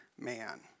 man